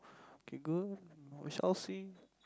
okay good we shall see